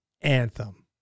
anthem